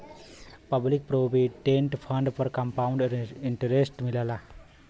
public provident fund पर compound interest मिलला